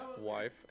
wife